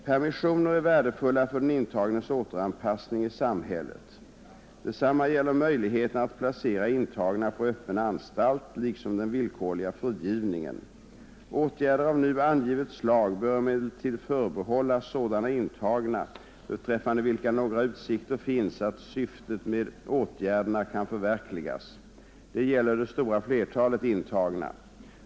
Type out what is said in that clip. Permissioner är värdefulla för den intagnes återanpassning i samhället. Detsamma gäller möjligheterna att placera intagna på öppen anstalt liksom den villkorliga frigivningen. Åtgärder av nu angivet slag bör emellertid förbehållas sådana intagna beträffande vilka några utsikter finns att syftet med åtgärderna kan förverkligas. Det gäller det stora flertalet intagna.